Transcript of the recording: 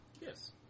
Yes